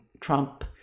Trump